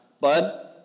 Bud